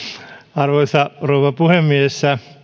arvoisa rouva puhemies